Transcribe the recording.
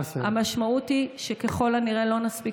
המשמעות היא שככל הנראה לא נספיק